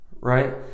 right